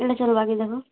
ଇ'ଟା ଚଲ୍ବାକି ଦେଖ